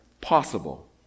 possible